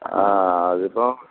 ആ അതിപ്പം